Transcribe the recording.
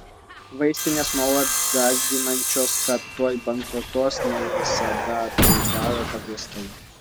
vaistinės nuolat gąsdinančios kad tuoj bankrutuos ne visada tai daro pagrįstai